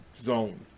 zone